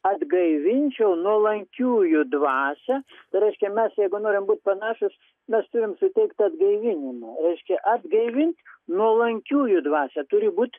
atgaivinčiau nuolankiųjų dvasią tai reiškia mes jeigu norim būt panašūs mes turim suteikt atgaivinimą reiškia atgaivint nuolankiųjų dvasią turi būt